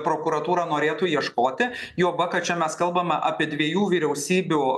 prokuratūra norėtų ieškoti juoba kad čia mes kalbame apie dviejų vyriausybių